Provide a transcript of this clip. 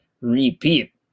repeat